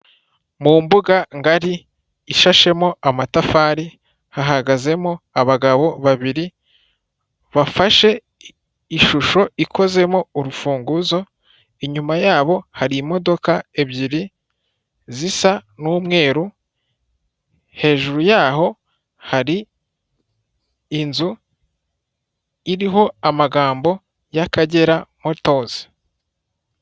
Mu mbuga ngari ishashemo amatafari, hahagazemo abagabo babiri, bafashe ishusho ikozemo urufunguzo, inyuma yabo hari imodoka ebyiri zisa n'umweru, hejuru yaho hari inzu iriho amagambo y'Akagera motozi.